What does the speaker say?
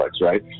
right